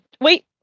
wait